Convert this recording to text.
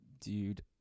dude